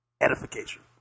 Edification